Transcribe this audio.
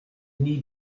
need